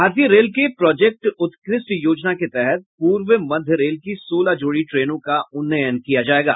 भारतीय रेल के प्रोजेक्ट उत्कृष्ट योजना के तहत पूर्व मध्य रेल की सोलह जोड़ी ट्रेनों का उन्नयन किया जायेगा